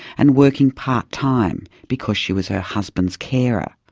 and working part time because she was her husband's carer.